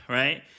right